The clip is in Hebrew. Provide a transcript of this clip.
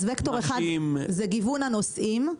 אז וקטור אחד זה גיוון הנושאים,